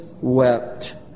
wept